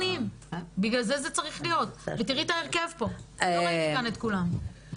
תראי את ההרכב פה, לא ראיתי כאן את כולם.